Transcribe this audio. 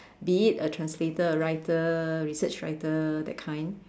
be it a translator a writer research writer that kind